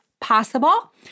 possible